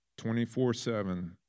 24-7